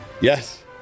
Yes